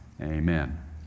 Amen